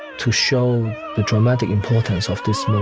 to show the dramatic importance of this